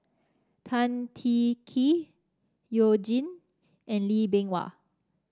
Tan Teng Kee You Jin and Lee Bee Wah